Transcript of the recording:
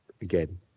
Again